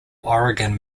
oregon